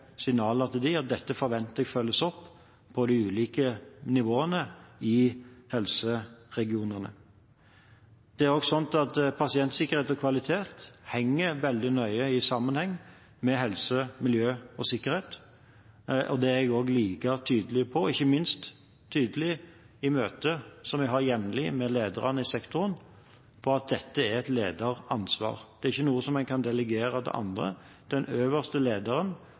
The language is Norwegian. signaler til dem om at jeg forventer at dette følges opp på de ulike nivåene i helseregionene. Det er også slik at pasientsikkerhet og kvalitet henger veldig nøye sammen med helse, miljø og sikkerhet, og jeg er like tydelig på, ikke minst i møter som jeg har jevnlig med lederne i sektoren, at dette er et lederansvar. Det er ikke noe en kan delegere til andre. Den øverste lederen